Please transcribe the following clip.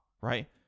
right